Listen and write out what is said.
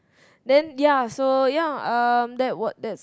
then ya so ya um that what that's